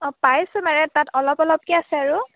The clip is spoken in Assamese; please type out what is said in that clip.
অঁ পাইছোঁ মানে তাত অলপ অলপকৈ আছে আৰু